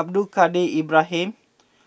Abdul Kadir Ibrahim